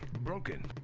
broken.